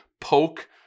poke